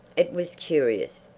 it was curious,